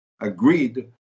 agreed